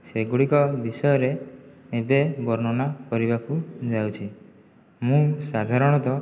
ସେଗୁଡ଼ିକ ବିଷୟରେ ଏବେ ବର୍ଣ୍ଣନା କରିବାକୁ ଯାଉଛି ମୁଁ ସାଧାରଣତଃ